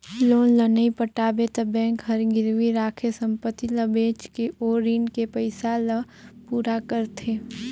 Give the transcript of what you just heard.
loan ल नइ पटाबे त बेंक हर गिरवी राखे संपति ल बेचके ओ रीन के पइसा ल पूरा करथे